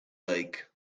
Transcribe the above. lake